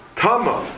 tama